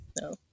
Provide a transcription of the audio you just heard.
No